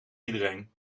iedereen